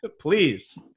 Please